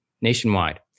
nationwide